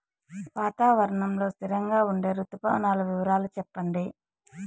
వాతావరణం లో స్థిరంగా ఉండే రుతు పవనాల వివరాలు చెప్పండి?